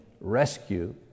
rescue